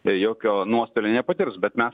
jokio nuostolio nepatirs bet mes